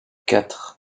quatre